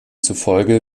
zufolge